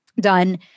done